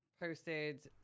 posted